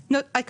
דיסקונט,